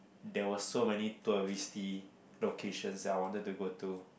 there was so many touristy locations that I wanted to go to